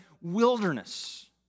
wilderness